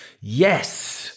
Yes